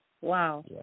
Wow